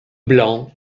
blanc